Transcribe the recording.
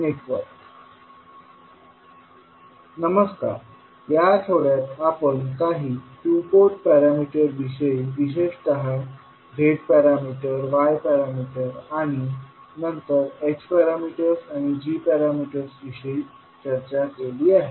नमस्कार या आठवड्यात आपण काही टू पोर्ट पॅरामीटर्स विषयी विशेषतः z पॅरामीटर्स y पॅरामीटर्स आणि नंतर h पॅरामीटर्स g पॅरामीटर्स विषयी चर्चा केली आहे